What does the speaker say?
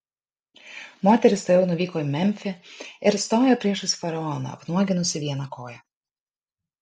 moteris tuojau nuvyko į memfį ir stojo priešais faraoną apnuoginusi vieną koją